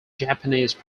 japanese